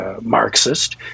Marxist